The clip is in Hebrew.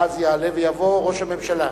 ואז יעלה ויבוא ראש הממשלה.